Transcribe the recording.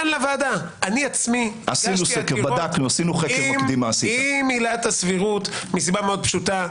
אני עצמי עם עילת הסבירות מסיבה פשוטה,